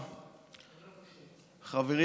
הקרובה,